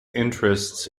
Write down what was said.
interests